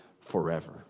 forever